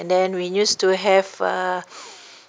and then we used to have a